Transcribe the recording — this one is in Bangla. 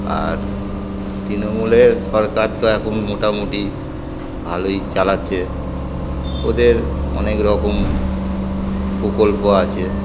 আর তৃণমূলের সরকার তো এখন মোটামুটি ভালোই চালাচ্ছে ওদের অনেক রকম প্রকল্প আছে